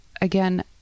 Again